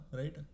right